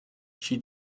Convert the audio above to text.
she